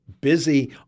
busy